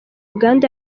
uganda